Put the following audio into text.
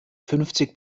fünfzig